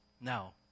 Now